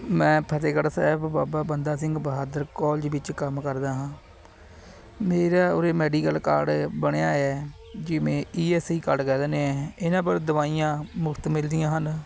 ਮੈਂ ਫਤਿਹਗੜ੍ਹ ਸਾਹਿਬ ਬਾਬਾ ਬੰਦਾ ਸਿੰਘ ਬਹਾਦਰ ਕੋਲਜ ਵਿੱਚ ਕੰਮ ਕਰਦਾ ਹਾਂ ਮੇਰਾ ਉਰੇ ਮੈਡੀਕਲ ਕਾਰਡ ਬਣਿਆ ਹੈ ਜਿਵੇਂ ਈ ਐੱਸ ਆਈ ਕਾਰਡ ਕਹਿ ਦਿੰਦੇ ਹੈ ਇਹਨਾਂ ਪਰ ਦਵਾਈਆਂ ਮੁਫਤ ਮਿਲਦੀਆਂ ਹਨ